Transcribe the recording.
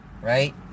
Right